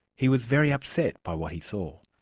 he was very upset by what he saw.